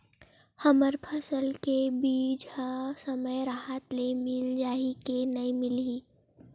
हमर फसल के बीज ह समय राहत ले मिल जाही के नी मिलही?